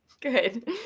Good